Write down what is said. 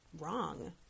wrong